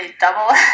double